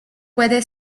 puede